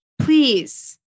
Please